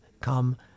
come